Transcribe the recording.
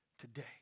today